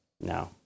no